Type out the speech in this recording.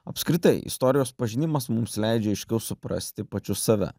apskritai istorijos pažinimas mums leidžia aiškiau suprasti pačius save